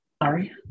Ari